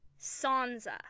Sansa